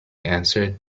answered